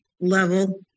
level